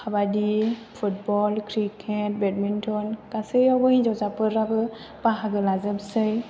काबादि football cricket badminton गासैयावबो हिनजावसाफोराबो बाहागो लाजोबसै